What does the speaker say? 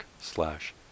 slash